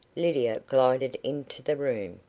lydia glided into the room.